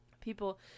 people